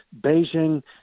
Beijing